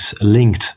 linked